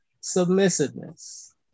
submissiveness